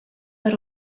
per